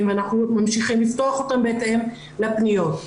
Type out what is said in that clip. ואנחנו ממשיכים לפתוח בהתאם לפניות.